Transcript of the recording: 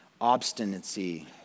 obstinacy